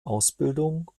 ausbildung